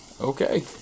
Okay